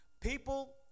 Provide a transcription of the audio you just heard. people